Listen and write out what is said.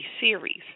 series